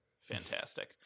Fantastic